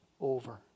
over